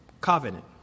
covenant